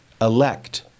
elect